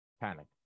Panic